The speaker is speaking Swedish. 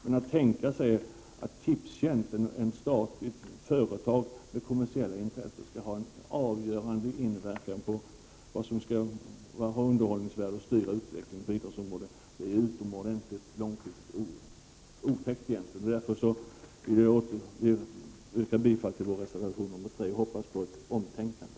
Men att tänka sig att Tipstjänst, ett statligt företag med kommersiella intressen, skall ha en avgörande inverkan på vad som har underhållningsvärde och styra utvecklingen på idrottens område är egentligen otäckt. Därför vill jag yrka bifall till vår reservation nr 3 och hoppas på ett omtänkande.